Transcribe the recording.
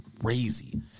crazy